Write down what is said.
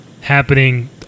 happening